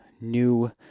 New